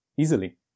easily